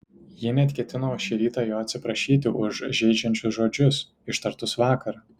ji net ketino šį rytą jo atsiprašyti už žeidžiančius žodžius ištartus vakar